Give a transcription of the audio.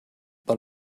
but